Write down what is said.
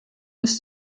ist